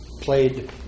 Played